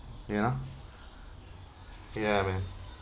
ya ya man